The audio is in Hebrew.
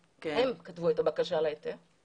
השלב הראשון הוא כוונה להטלת עיצום.